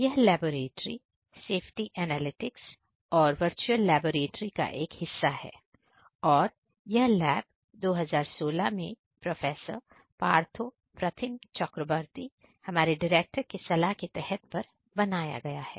यह laboratory safety analytics और virtual laboratory का एक हिस्सा है और यह लैब 2016 में प्रोफेसर पार्थो प्रथीम चक्रबर्ती हमारे डायरेक्टर के सलाह के तहत पर बनाया गया है